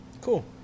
Cool